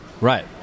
Right